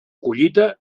collita